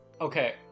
Okay